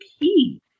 key